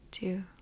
Two